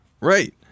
right